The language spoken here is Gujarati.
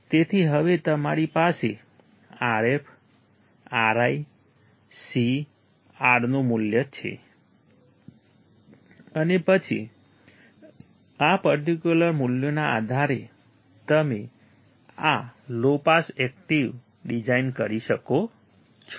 તેથી હવે તમારી પાસે Rf Ri C R નું મૂલ્ય છે અને પછી આ પર્ટિક્યુલર મૂલ્યોના આધારે તમે આ લો પાસ એકટીવ ડિઝાઇન કરી શકો છો